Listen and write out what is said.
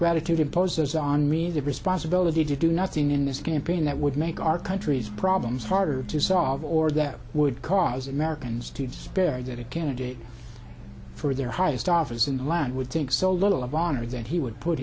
gratitude imposes on me the responsibility to do nothing in this campaign that would make our country's problems harder to solve or that would cause americans to despair that a candidate for their highest office in the land would think so little of honor that he would put